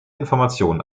informationen